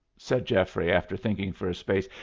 said geoffrey, after thinking for a space.